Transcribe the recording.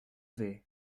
vais